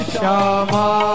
Shama